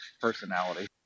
personality